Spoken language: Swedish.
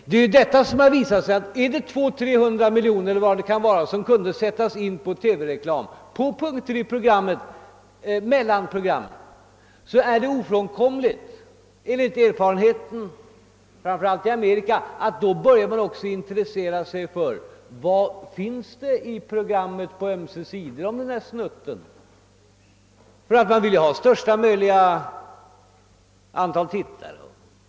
Det har emellertid visat sig att om 200—300 miljoner kronor skulle sättas in i TV-reklam mellan programmen, så är det ofrånkomligt enligt erfarenheterna, framför allt i Amerika, att man då också börjar intressera sig för vad som finns i programmen på ömse sidor om den där snutten, ty man vill ju ha största möjliga antal tittare.